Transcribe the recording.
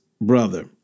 brother